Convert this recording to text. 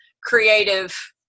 creative